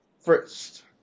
first